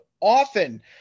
often